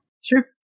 Sure